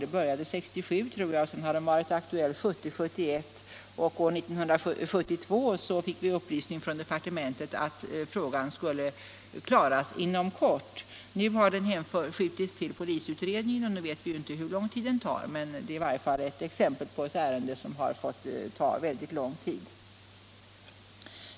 Det började under 1967, tror jag, och sedan har den varit aktuell 1970 och 1971. År 1972 fick vi upplysning från departementet att frågan skulle klaras inom kort. Nu har den hänskjutits till den utredning som görs om polisens arbete. Vi vet inte hur länge det kommer att dröja innan behandlingen av frågan är färdig, men det är i varje fall exempel på ett ärende som har fått ta väldigt lång tid.